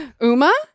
Uma